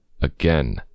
again